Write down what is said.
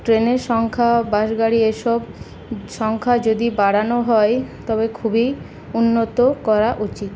ট্রেনের সংখ্যা বাস গাড়ি এই সব সংখ্যা যদি বাড়ানো হয় তবে খুবই উন্নত করা উচিত